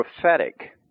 prophetic